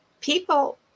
People